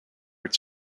its